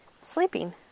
sleeping